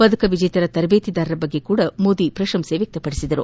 ಪದಕ ವಿಜೇತರ ತರಬೇತಿದಾರರ ಬಗ್ಗೆ ಸಹ ಮೋದಿ ಪ್ರಶಂಸೆ ವ್ಯಕ್ತಪಡಿಸಿದರು